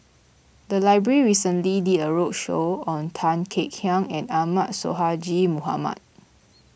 the library recently did a roadshow on Tan Kek Hiang and Ahmad Sonhadji Mohamad